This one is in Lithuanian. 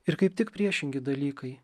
ir kaip tik priešingi dalykai